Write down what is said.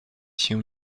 się